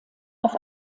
auf